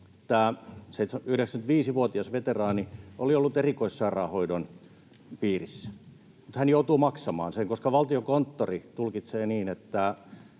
että 95-vuotias veteraani oli ollut erikoissairaanhoidon piirissä, mutta hän joutuu maksamaan sen, koska Valtiokonttori tulkitsee niin, että